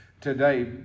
today